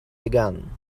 began